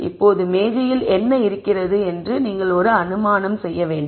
இப்போது மேஜையில் என்ன இருக்கிறது என்று நீங்கள் ஒரு அனுமானம் செய்ய வேண்டும்